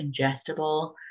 ingestible